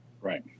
Right